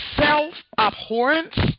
self-abhorrence